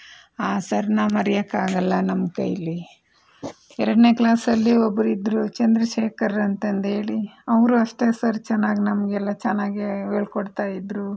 ಆ ಸರ್ನ ಮರೆಯೋಕ್ಕಾಗಲ್ಲ ನಮ್ಮ ಕೈಲಿ ಎರಡನೇ ಕ್ಲಾಸಲ್ಲಿ ಒಬ್ಬರಿದ್ರು ಚಂದ್ರಶೇಖರ್ ಅಂತಂಧೇಳಿ ಅವರು ಅಷ್ಟೇ ಸರ್ ಚೆನ್ನಾಗಿ ನಮಗೆಲ್ಲ ಚೆನ್ನಾಗಿ ಹೇಳ್ಕೊಡ್ತಾಯಿದ್ರು